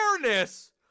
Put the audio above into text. fairness